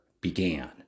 began